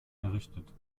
errichtet